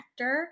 connector